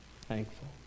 thankful